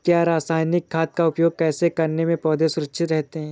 क्या रसायनिक खाद का उपयोग करने से पौधे सुरक्षित रहते हैं?